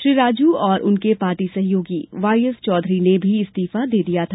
श्री राजू और उनके पार्टी सहयोगी वाई एस चौधरी ने भी इस्तीफा दे दिया था